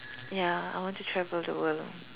ya I want to travel the world